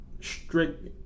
strict